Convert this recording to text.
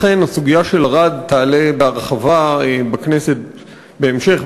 אכן הסוגיה של ערד תעלה בהרחבה בכנסת בהמשך,